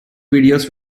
videos